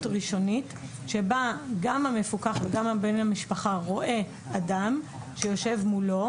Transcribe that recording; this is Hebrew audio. ראשונית שבה גם המפוקח וגם בן המשפחה רואה אדם שיושב מולו,